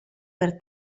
per